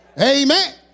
Amen